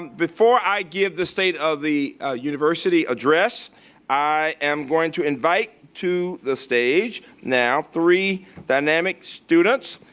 before i give the state of the university address i am going to invite to the stage, now, three dynamic students.